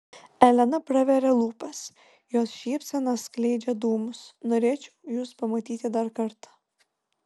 elena praveria lūpas jos šypsena skleidžia dūmus norėčiau jus pamatyti dar kartą